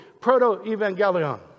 Proto-Evangelion